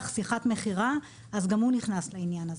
שיחת מכירה אז גם הוא נכנס לעניין הזה.